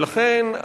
ולכן,